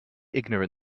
ignorant